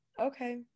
Okay